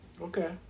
okay